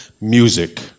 music